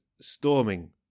storming